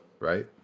right